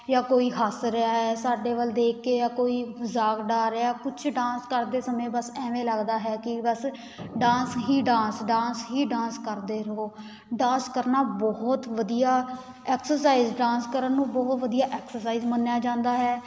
ਜਾਂ ਕੋਈ ਹੱਸ ਰਿਹਾ ਹੈ ਸਾਡੇ ਵੱਲ ਦੇਖ ਕੇ ਜਾਂ ਕੋਈ ਮਜ਼ਾਕ ਉਡਾ ਰਿਹਾ ਕੁਛ ਡਾਂਸ ਕਰਦੇ ਸਮੇਂ ਬਸ ਐਵੇਂ ਲੱਗਦਾ ਹੈ ਕਿ ਬਸ ਡਾਂਸ ਹੀ ਡਾਂਸ ਡਾਂਸ ਹੀ ਡਾਂਸ ਕਰਦੇ ਰਹੋ ਡਾਂਸ ਕਰਨਾ ਬਹੁਤ ਵਧੀਆ ਐਕਸਰਸਾਈਜ਼ ਡਾਂਸ ਕਰਨ ਨੂੰ ਬਹੁਤ ਵਧੀਆ ਐਕਸਰਸਾਈਜ਼ ਮੰਨਿਆ ਜਾਂਦਾ ਹੈ